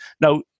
Now